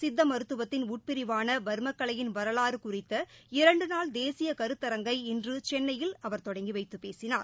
சித்த மருத்துவத்தின் உட்பிரிவான வர்மக்கலையின் வரலாறு குறித்த இரண்டு நாள் தேசிய கருத்தரங்கை இன்று சென்னையில் தொடங்கி வைத்து அவர் பேசினார்